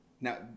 Now